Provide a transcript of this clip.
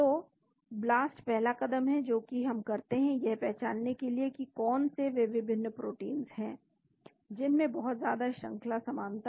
तो ब्लास्ट पहला कदम है जो की हम करते हैं यह पहचानने के लिए कि कौन से वे विभिन्न प्रोटीन हैं जिनमें बहुत ज्यादा श्रंखला समानता है